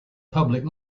public